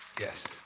Yes